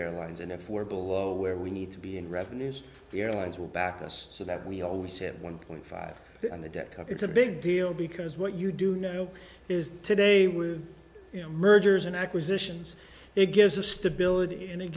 airlines and if we're below where we need to be in revenues the airlines will back us so that we always have one point five on the deck up it's a big deal because what you do know is that today with mergers and acquisitions it gives a stability and it